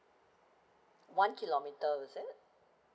one kilometre was it